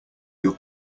your